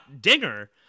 Dinger